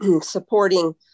supporting